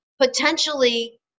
potentially